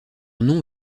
nom